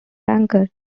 banker